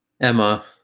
Emma